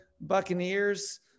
Buccaneers